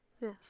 Yes